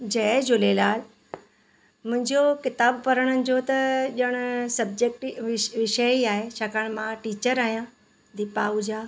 जय झूलेलाल मुंहिंजो किताब पढ़ण जो त ॼणु सब्जेक्ट ई विषय ई आहे छाकाणि मां टीचर आहियां दीपा आहूजा